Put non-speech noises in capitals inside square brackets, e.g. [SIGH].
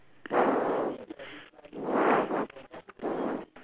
[BREATH]